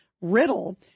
riddle